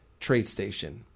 TradeStation